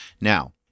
Now